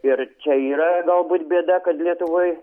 ir čia yra galbūt bėda kad lietuvoj